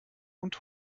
und